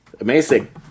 Amazing